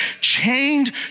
chained